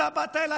אתה באת אליי,